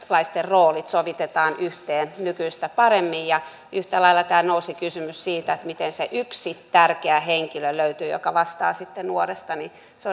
roolit sovitetaan yhteen nykyistä paremmin yhtä lailla täällä nousi kysymys siitä miten löytyy se yksi tärkeä henkilö joka vastaa nuoresta se